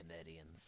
Canadians